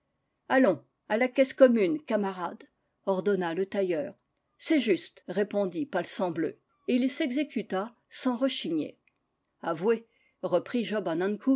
allons à la caisse commune camarade ordonna le tailleur c'est juste répondit palsambleu et il s'exécuta sans rechigner avouez reprit